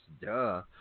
Duh